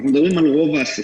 אנחנו מדברים על רוב העסקים.